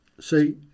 See